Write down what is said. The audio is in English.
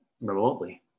remotely